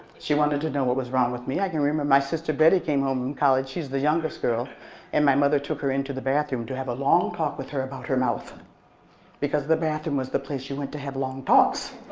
she wanted to know what was wrong with me. i can remember my sister betty came home from college she's the youngest girl and my mother took her into the bathroom to have a long talk with her about her mouth because the bathroom was the place she went to have long talks.